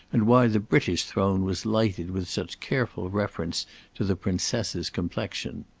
and why the british throne was lighted with such careful reference to the princess's complexion.